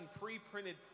pre-printed